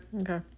Okay